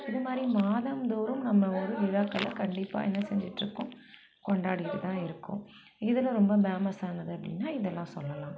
இது மாதிரி மாதந்தோறும் நம்ம ஊர் விழாக்களில் கண்டிப்பாக என்ன செஞ்சிட்டிருக்கோம் கொண்டாடிட்டு தான் இருக்கோம் இதில் ரொம்ப ஃபேமஸ் ஆனது அப்படின்னா இதெல்லாம் சொல்லலாம்